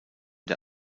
der